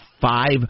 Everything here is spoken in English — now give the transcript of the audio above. five